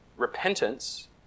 Repentance